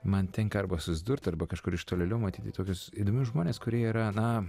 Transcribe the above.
man tenka arba susidurt arba kažkur iš tolėliau matyti tokius įdomius žmones kurie yra na